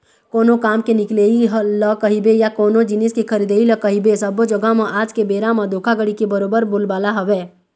कोनो काम के निकलई ल कहिबे या कोनो जिनिस के खरीदई ल कहिबे सब्बो जघा म आज के बेरा म धोखाघड़ी के बरोबर बोलबाला हवय